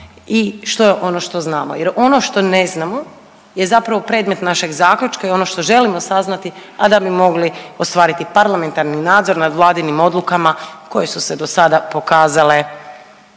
i što je ono što znamo jer ono što ne znamo je zapravo predmet našeg zaključka i ono što želimo saznati, a da bi mogli ostvariti parlamentarni nadzor nad Vladinim odlukama koje su se do sada pokazale,